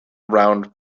round